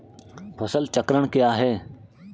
फसल चक्रण क्या है?